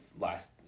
last